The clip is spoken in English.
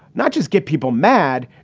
not just get people mad.